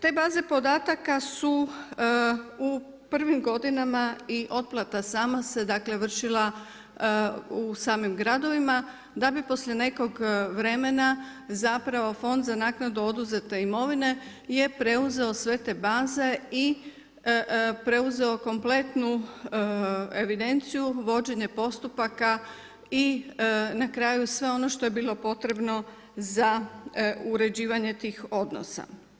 Te baze podataka su u prvim godinama i otplata sama se vršila u samim gradovima, poslije nekog vremena, Fond za naknadu oduzete imovine, je preuzeo sve te baze i preuzeo kompletnu evidenciju vođenja postupaka i na kraju sve ono što je bilo potrebno za uređivanje tih odnosa.